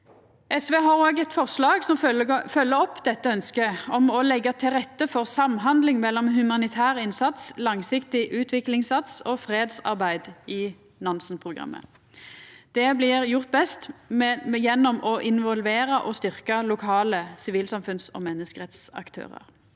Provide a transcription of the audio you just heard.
SV har òg eit forslag som følgjer opp dette ønsket, om å leggja til rette for samhandling mellom humanitær innsats, langsiktig utviklingsinnsats og fredsarbeid i Nansen-programmet. Det blir gjort best gjennom å involvera og styrkja lokale sivilsamfunns- og menneskerettsaktørar.